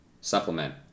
supplement